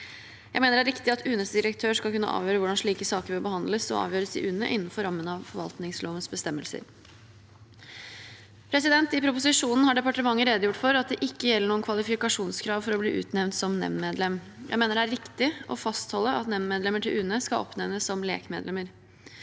Jeg mener det er riktig at UNEs direktør skal kunne avgjøre hvordan slike saker bør behandles og avgjøres i UNE, innenfor rammen av forvaltningslovens bestemmelser. I proposisjonen har departementet redegjort for at det ikke gjelder noen kvalifikasjonskrav for å bli utnevnt som nemndmedlem. Jeg mener det er riktig å fastholde at nemndmedlemmer til UNE skal oppnevnes som lekmedlemmer.